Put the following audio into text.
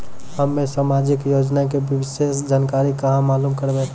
हम्मे समाजिक योजना के विशेष जानकारी कहाँ मालूम करबै?